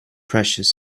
precious